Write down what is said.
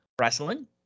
Wrestling